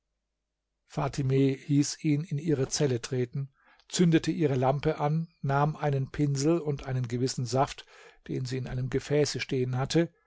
fatime hieß ihn in ihre zelle treten zündete ihre lampe an nahm einen pinsel und einen gewissen saft den sie in einem gefäße stehen hatte